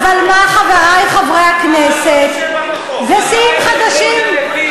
אבל מה, חברי חברי הכנסת, זה שיאים חדשים.